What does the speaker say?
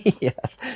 Yes